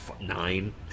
Nine